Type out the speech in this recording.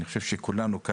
אני חושב שאולי כולנו,